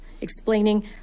explaining